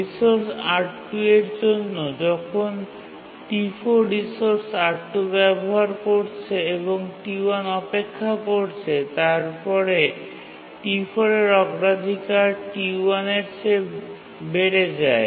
resource R2 এর জন্য যখন T4 রিসোর্স R2 ব্যবহার করছে এবং T1 অপেক্ষা করছে তারপরে T4 এর অগ্রাধিকার T1 এর চেয়ে বেড়ে যায়